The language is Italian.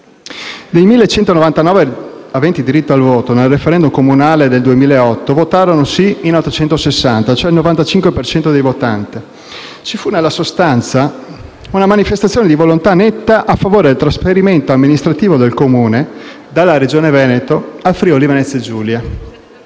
Dei 1.199 aventi diritto al voto, nel *referendum* comunale del 2008 votarono per il sì in 860 (il 95 per cento dei votanti); ci fu, nella sostanza, una manifestazione di volontà netta a favore del trasferimento amministrativo del Comune dalla Regione Veneto al Friuli-Venezia Giulia.